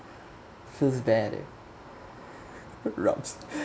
feels bad eh rubs